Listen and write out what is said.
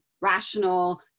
rational